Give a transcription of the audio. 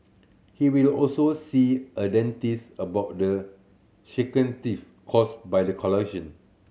he will also see a dentist about the shaky teeth caused by the collision